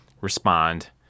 respond